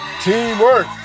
Teamwork